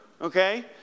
okay